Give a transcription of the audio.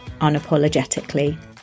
unapologetically